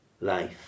life